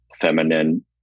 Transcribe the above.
feminine